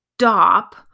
stop